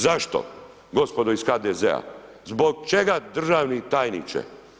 Zašto, gospodo iz HDZ-a? zbog čega državni tajniče?